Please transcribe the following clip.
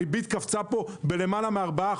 הרבית קפצה פה בלמעלה מ-4%.